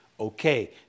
Okay